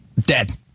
dead